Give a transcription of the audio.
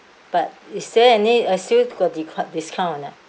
but is there any I still got dis~ discount or not